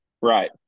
Right